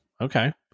okay